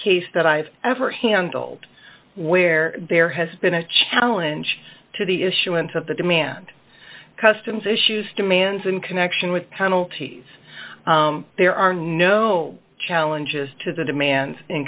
case that i've ever handled where there has been a challenge to the issuance of the demand customs issues demands in connection with penalties there are no challenges to the demands in